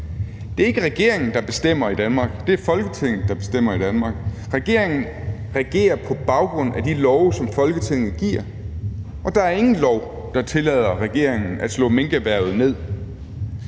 Det er ikke regeringen, der bestemmer i Danmark – det er Folketinget, der bestemmer i Danmark. Regeringen regerer på baggrund af de love, som Folketinget giver, og der er ingen lov, der tillader regeringen at slå minkerhvervet ned.